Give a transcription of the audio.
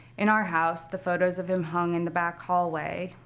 in our house, the photos of him hung in the back hallway,